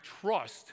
trust